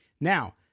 Now